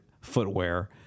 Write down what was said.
footwear